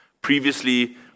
Previously